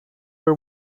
war